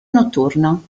notturno